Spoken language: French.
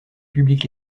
public